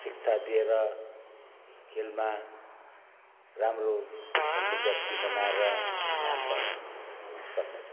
शिक्षा दिएर खेलमा राम्रो खेल्ने व्यक्ति बनाएर नाम कमाउनु सक्नेछन्